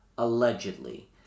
Allegedly